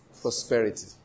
Prosperity